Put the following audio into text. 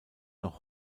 noch